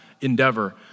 endeavor